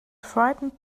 frightened